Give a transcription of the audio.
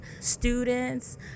students